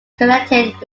connected